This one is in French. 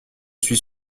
suis